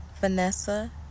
Vanessa